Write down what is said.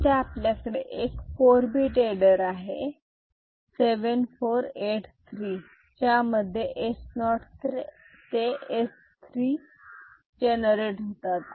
येथे आपल्याकडे एक 4 बीट एडर आहे 7483 ज्यामध्ये S 0 ते S 3 जनरेट होतात